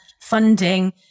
funding